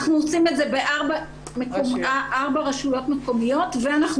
אנחנו עושים את זה בארבע רשויות מקומיות ואנחנו